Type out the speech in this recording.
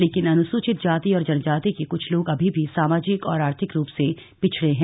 लेकिन अनुसूचित जाति और जनजाति के कुछ लोग अभी भी सामाजिक और आर्थिक रूप से पिछड़े हैं